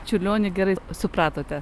čiurlionį gerai supratote